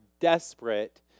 desperate